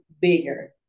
bigger